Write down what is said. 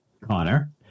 Connor